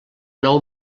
nou